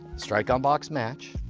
strike-on-box match,